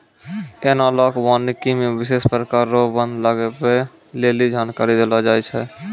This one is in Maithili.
एनालाँक वानिकी मे विशेष प्रकार रो वन लगबै लेली जानकारी देलो जाय छै